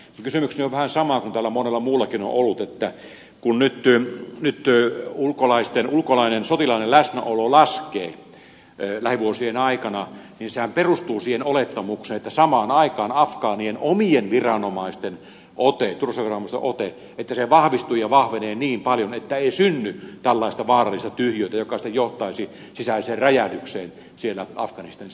kysymykseni on vähän sama kuin täällä monella muullakin on ollut että kun nyt ulkolainen sotilaallinen läsnäolo laskee lähivuosien aikana niin sehän perustuu siihen olettamukseen että samaan aikaan afgaanien omien viranomaisten ote turvallisuusviranomaisten ote vahvistuu ja vahvenee niin paljon että ei synny tällaista vaarallista tyhjiötä joka sitten johtaisi sisäiseen räjähdykseen siellä afganistanissa